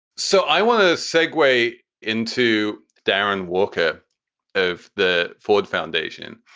so i want to segway into darren walker of the ford foundation,